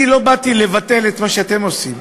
אני לא באתי לבטל את מה שאתם עושים,